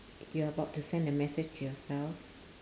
you're about to send a message to yourself